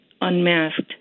unmasked